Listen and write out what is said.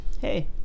hey